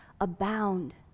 abound